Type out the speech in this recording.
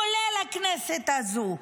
כולל הכנסת הזו,